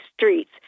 streets